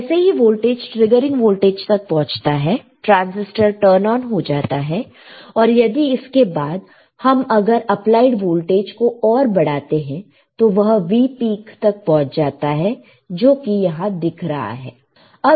जैसे ही voltage triggering voltage तक पहुंचता है ट्रांजिस्टर टर्न ऑन हो जाता है और यदि इसके बाद हम अगर अप्लाइड वोल्टेज को और बढ़ाते हैं तो वह V पीक तक पहुंच जाता है जो कि यहां दिख रहा है